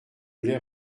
l’ai